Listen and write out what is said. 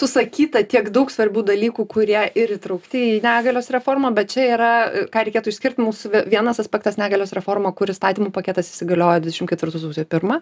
susakyta tiek daug svarbių dalykų kurie ir įtraukti į negalios reformą bet čia yra ką reikėtų išskirt mūsų vienas aspektas negalios reforma kur įstatymų paketas įsigaliojo dvidešimt ketvirtų sausio pirmą